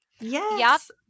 Yes